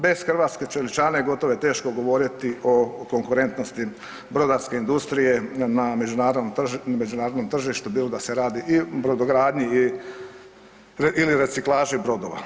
Bez hrvatske čeličane gotovo je teško govoriti o konkurentnosti brodarske industrije na međunarodnom tržištu bilo da se radi ili brodogradnji ili reciklaži brodova.